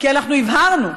כי אנחנו הבהרנו.